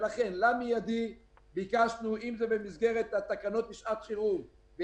לכן במידי ביקשנו במסגרת תקנות לשעת חירום או